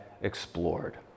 explored